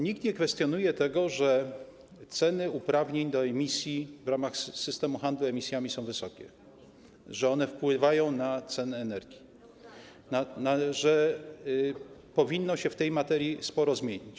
Nikt nie kwestionuje tego, że ceny uprawnień do emisji w ramach systemu handlu emisjami są wysokie, że one wpływają na ceny energii, że powinno się w tej materii sporo zmienić.